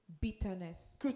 Bitterness